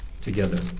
together